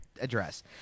address